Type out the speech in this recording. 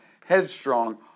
headstrong